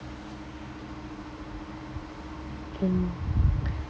can